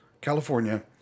California